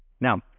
Now